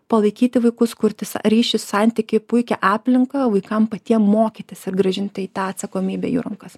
palaikyti vaikus kurtis ryšį santykį puikią aplinką vaikam patiem mokytis ir grąžinti tą atsakomybę jų rankas